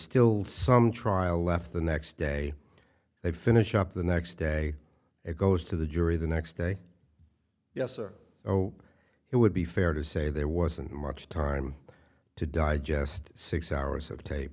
still some trial left the next day they finish up the next day it goes to the jury the next day yes or oh it would be fair to say there wasn't much time to digest six hours of tape